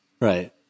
Right